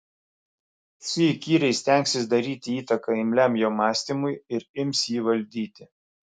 ši įkyriai stengsis daryti įtaką imliam jo mąstymui ir ims jį valdyti